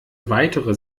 weitere